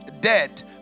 dead